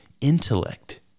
intellect